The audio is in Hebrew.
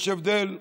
יש הבדל בגידולים.